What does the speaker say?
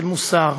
של מוסר,